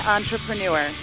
Entrepreneur